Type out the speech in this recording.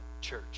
church